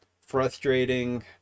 frustrating